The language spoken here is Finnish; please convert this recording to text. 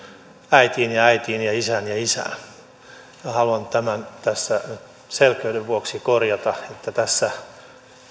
äitiin ja äitiin tai isään ja isään haluan tämän tässä selkeyden vuoksi korjata että tässä